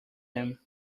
him